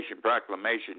proclamation